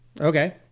Okay